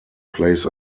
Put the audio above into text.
plays